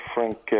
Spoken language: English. Frank